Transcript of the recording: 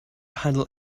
handle